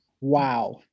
Wow